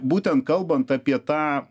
būtent kalbant apie tą